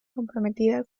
comprometida